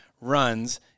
runs